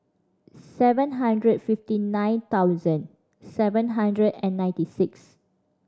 seven hundred fifty nine thousand seven hundred and ninety six